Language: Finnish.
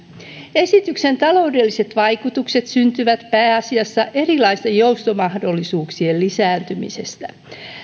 esityksen taloudelliset vaikutukset syntyvät pääasiassa erilaisten joustomahdollisuuksien lisääntymisestä